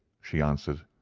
she answered.